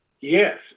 yes